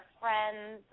friends